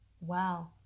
wow